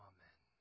Amen